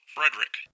Frederick